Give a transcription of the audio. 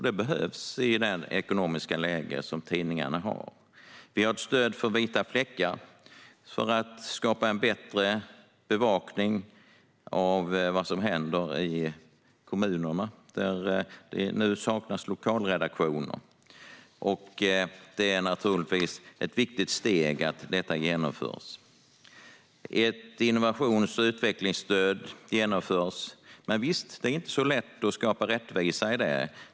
Det behövs i det ekonomiska läge som tidningarna befinner sig i. Vi har ett stöd för vita fläckar för att skapa en bättre bevakning av vad som händer i kommunerna. Nu saknas lokalredaktioner, och det är naturligtvis ett viktigt steg att detta genomförs. Ett innovations och utvecklingsstöd införs, men det är inte så lätt att skapa rättvisa i detta.